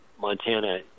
Montana